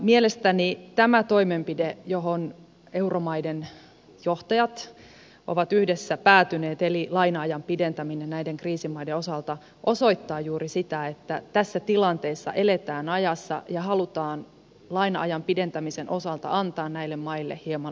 mielestäni tämä toimenpide johon euromaiden johtajat ovat yhdessä päätyneet eli laina ajan pidentäminen näiden kriisimaiden osalta osoittaa juuri sen että tässä tilanteessa eletään ajassa ja halutaan laina ajan pidentämisen osalta antaa näille maille hieman lisää joustoa